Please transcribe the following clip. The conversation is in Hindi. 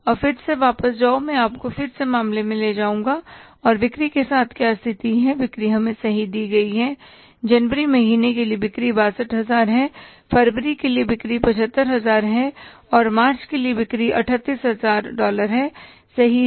अब फिर से वापस जाओ मैं आपको फिर से मामले में ले जाऊंगा और बिक्री के साथ क्या स्थिति है बिक्री हमें सही दी गई है जनवरी महीने के लिए बिक्री 62000 है फरवरी के लिए बिक्री 75000 है और मार्च के लिए बिक्री 38000 डॉलर है सही हैं